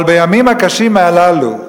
אבל בימים הקשים הללו,